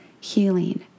healing